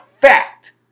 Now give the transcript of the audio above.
fact